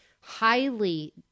highly